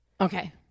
Okay